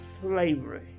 slavery